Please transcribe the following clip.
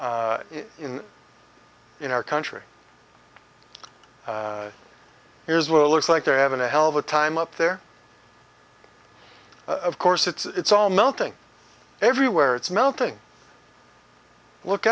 in in our country here's what it looks like they're having a hell of a time up there of course it's all melting everywhere it's melting look